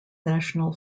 national